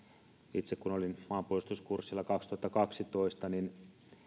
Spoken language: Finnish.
itse kun olin maanpuolustuskurssilla kaksituhattakaksitoista niin